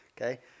Okay